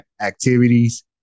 activities